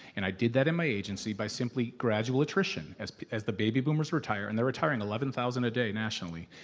and i did that in my agency by simply gradual attrition as as the baby boomers retiring, and they're retiring eleven thousand a day nationally.